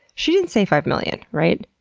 she didn't say five million, right?